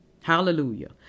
Hallelujah